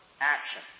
Action